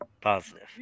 positive